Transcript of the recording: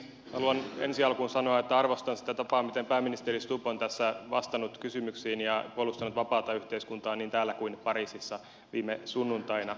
haluan ensi alkuun sanoa että arvostan sitä tapaa miten pääministeri stubb on tässä vastannut kysymyksiin ja puolustanut vapaata yhteiskuntaa niin täällä kuin pariisissa viime sunnuntaina